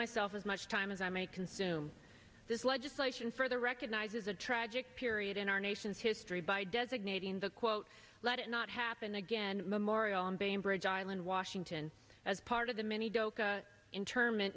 myself as much time as i may consume this legislation further recognizes a tragic period in our nation's history by designating the quote let it not happen again memorial on bainbridge island washington as part of the